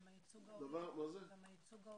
גם הייצוג ההולם.